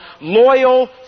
loyal